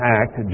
act